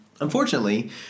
Unfortunately